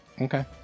okay